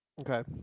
Okay